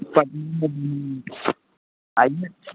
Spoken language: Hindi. आइए